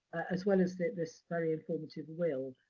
as well as this very informative will,